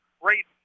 great